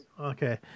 Okay